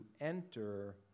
enter